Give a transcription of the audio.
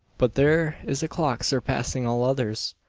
but there is a clock surpassing all others.